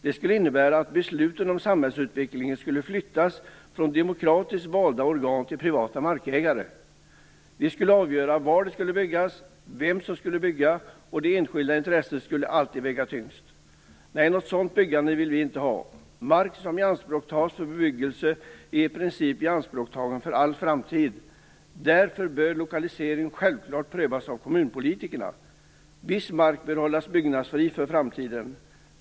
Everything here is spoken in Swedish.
Det skulle innebära att besluten om samhällsutvecklingen flyttades från demokratiskt valda organ till privata markägare. Dessa skulle då avgöra var det skulle byggas och vem som skulle bygga. Det enskilda intresset skulle alltid väga tyngst. Nej, ett sådant byggande vill vi inte ha. Mark som ianspråktas för bebyggelse är i princip ianspråktagen för all framtid. Därför bör lokaliseringen självklart prövas av kommunpolitikerna. Viss mark bör hållas byggnadsfri för framtiden.